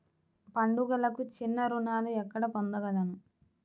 పండుగలకు చిన్న రుణాలు ఎక్కడ పొందగలను?